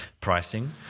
pricing